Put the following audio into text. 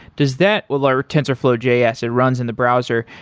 does that well, or tensorflow js, it runs in the browser.